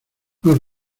más